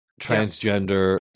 Transgender